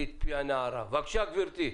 בבקשה, גברתי.